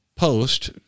post